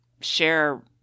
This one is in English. share